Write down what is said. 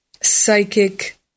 psychic